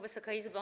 Wysoka Izbo!